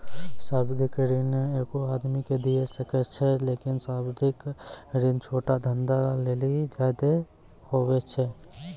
सावधिक ऋण एगो आदमी के दिये सकै छै लेकिन सावधिक ऋण छोटो धंधा लेली ज्यादे होय छै